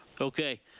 Okay